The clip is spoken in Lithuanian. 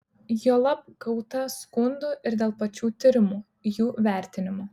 juolab gauta skundų ir dėl pačių tyrimų jų vertinimo